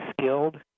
skilled